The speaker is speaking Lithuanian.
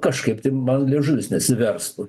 kažkaip tai man liežuvis nesiverstų